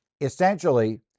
Essentially